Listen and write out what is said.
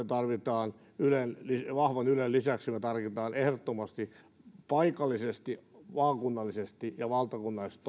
tarvitsemme vahvan ylen lisäksi me tarvitsemme ehdottomasti paikallisesti maakunnallisesti ja valtakunnallisesti